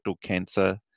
cancer